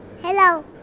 Hello